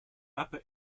upper